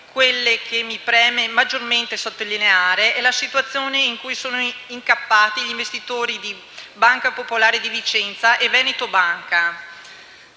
quello che mi preme maggiormente sottolineare è la situazione in cui sono incappati gli investitori della Banca popolare di Vicenza e di Veneto Banca.